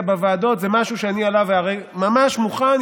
בוועדות זה משהו שאני עליו ממש מוכן,